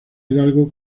hidalgo